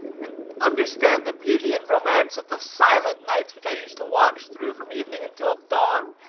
and understand the beauty and romance of the silent nights which i used to watch through from evening until dawn,